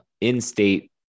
in-state